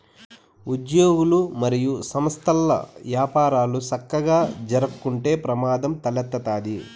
ఉజ్యోగులు, మరియు సంస్థల్ల యపారాలు సక్కగా జరక్కుంటే ప్రమాదం తలెత్తతాది